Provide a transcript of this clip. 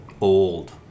Old